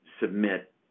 submit